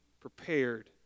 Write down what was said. prepared